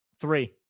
Three